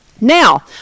now